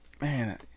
Man